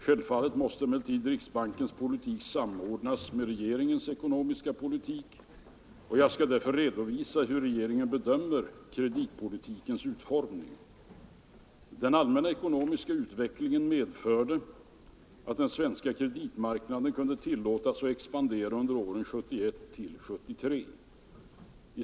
Självfallet måste emellertid riksbankens politik samordnas med regeringens ekonomiska politik och jag skall därför redovisa hur regeringen bedömer kreditpolitikens utformning. Den allmänna ekonomiska utvecklingen medförde att den svenska kreditmarknaden kunde tillåtas att expandera under åren 1971 till 1973.